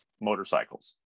motorcycles